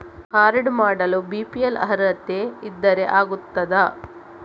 Card ಮಾಡಲು BPL ಅರ್ಹತೆ ಇದ್ದರೆ ಆಗುತ್ತದ?